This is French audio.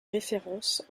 références